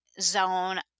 zone